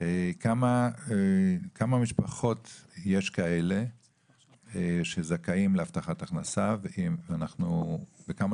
כמה משפחות יש כאלה שזכאים להבטחת הכנסה וכמה